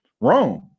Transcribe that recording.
wrong